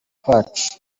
kwacu